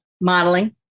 Modeling